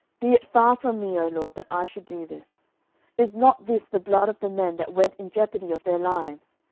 be it far from me, o lord, that i should do this is not this the blood of the men that went in jeopardy of their lives?